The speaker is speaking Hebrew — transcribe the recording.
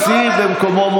תגיד שגם כבוד הנשיא.